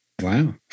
Wow